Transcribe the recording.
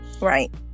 Right